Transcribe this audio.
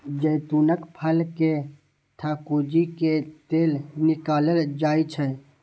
जैतूनक फल कें थकुचि कें तेल निकालल जाइ छै